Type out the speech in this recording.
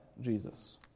Jesus